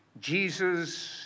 Jesus